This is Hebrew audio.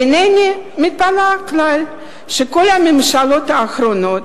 אינני מתפלאת כלל שכל הממשלות האחרונות,